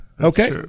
Okay